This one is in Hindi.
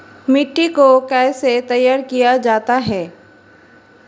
मिट्टी को कैसे तैयार किया जाता है?